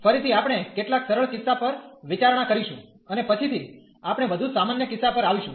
ફરીથી આપણે કેટલાક સરળ કિસ્સા પર વિચારણા કરીશું અને પછીથી આપણે વધુ સામાન્ય કિસ્સા પર આવીશું